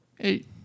Eight